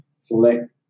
Select